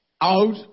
out